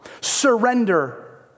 surrender